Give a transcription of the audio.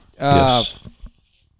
Yes